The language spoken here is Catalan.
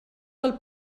del